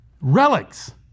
Relics